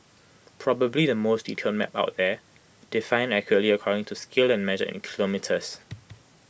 probably the most detailed map out there defined accurately according to scale and measured in kilometres